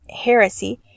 heresy